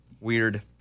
Weird